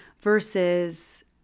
versus